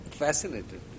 fascinated